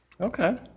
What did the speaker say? Okay